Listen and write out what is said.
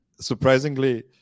surprisingly